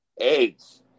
Eggs